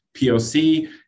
POC